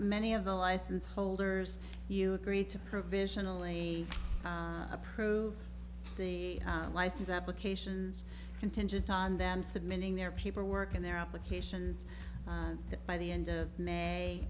many of the license holders you agreed to provisionally approved life is applications contingent on them submitting their paperwork and their applications by the end of may